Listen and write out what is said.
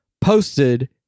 posted